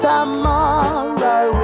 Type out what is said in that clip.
Tomorrow